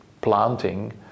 planting